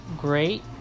great